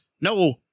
no